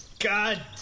God